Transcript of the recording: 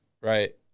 right